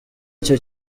icyo